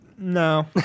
No